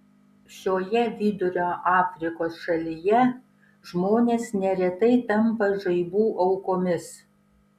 šioje vidurio afrikos šalyje žmonės neretai tampa žaibų aukomis